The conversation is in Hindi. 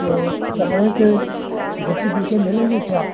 तो चमड़े के जैसे जूते मिलेंगे क्या